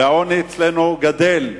והעוני אצלנו גדל.